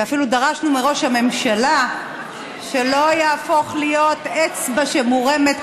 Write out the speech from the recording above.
ואפילו דרשנו מראש הממשלה שלא יהפוך להיות אצבע שמורמת,